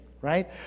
right